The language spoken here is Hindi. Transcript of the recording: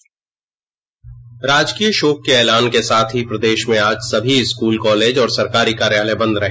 बाइट राजकीय शोक के एलान के साथ ही प्रदेश में आज सभी स्कूल कॉलेज और सरकारी कार्यालय बंद रहे